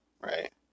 right